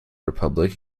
republic